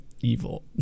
evil